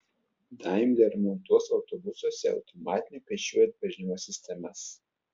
daimler montuos autobusuose automatinio pėsčiųjų atpažinimo sistemas